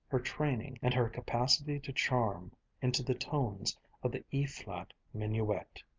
her training, and her capacity to charm into the tones of the e-flat minuet.